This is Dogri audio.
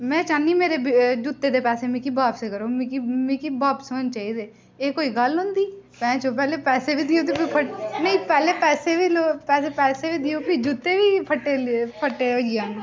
मैं चाह्नी मेरे जूते दे पैसे मिगी बापस करो मिगी मिगी बापस होने चाहिदे एह् कोई गल्ल होंदी भैन चोद पैह्लें पैसे बी देओ फ्ही फट्टे नेईं पैह्लें पैसे बी देओ पैसे बी देओ फ्ही जूते बी फट्टे दे लेओ फट्टे दे होई जाङन